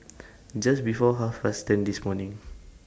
Just before Half Past ten This morning